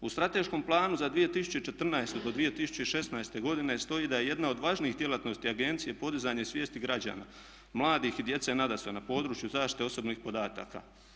U strateškom planu za 2014.do 2016. godine stoji da je jedna od važnijih djelatnosti agencije podizanje svijesti građana mladih i djece nadasve na području zaštite osobnih podataka.